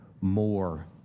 more